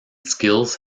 skills